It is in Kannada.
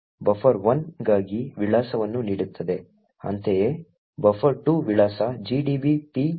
ಅಂತೆಯೇ buffer2 ವಿಳಾಸ gdb px buffer2